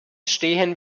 stehen